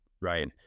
Right